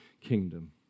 kingdom